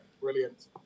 Brilliant